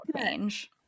change